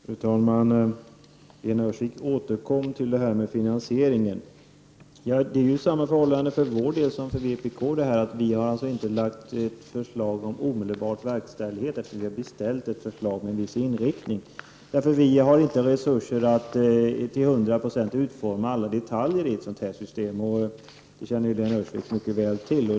Fru talman! Lena Öhrsvik återkom till frågan om finansieringen. För centerpartiets del förhåller det sig på samma sätt som för vpk. Vi har alltså inte lagt fram något förslag om omedelbar verkställighet, utan vi har beställt ett förslag med en viss inriktning. Vi har inte resurser att till 100 96 utforma alla detaljer i ett system av den här typen. Detta känner Lena Öhrsvik mycket väl till.